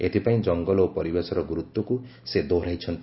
ଏଥିପାଇଁ ଜଙ୍ଗଲ ଓ ପରିବେଶର ଗୁରୁତ୍ୱକୁ ସେ ଦୋହରାଇଛନ୍ତି